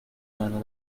mano